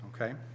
okay